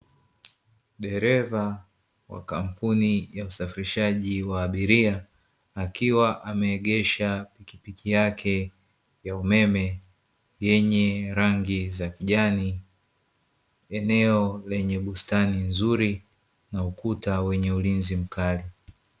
Dereva wa kampuni ya usafirishaji wa abiria, akiwa ameegesha pikipiki yake ya umeme, yenye rangi za kijani, eneo lenye bustani nzuri, na ukuta wenye ulinzi mkali.